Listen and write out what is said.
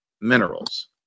minerals